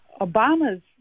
Obama's